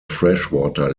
freshwater